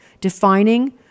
defining